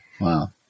Wow